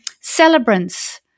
celebrants